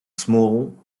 small